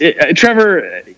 Trevor